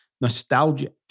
nostalgic